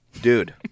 dude